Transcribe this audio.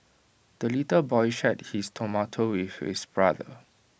the little boy shared his tomato with his brother